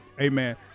amen